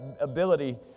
ability